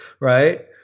right